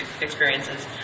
experiences